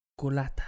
colata